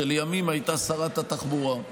שלימים הייתה שרת התחבורה,